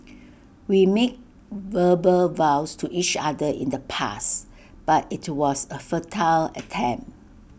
we made verbal vows to each other in the past but IT was A futile attempt